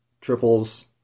triples